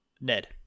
Ned